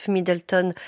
Middleton